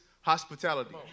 hospitality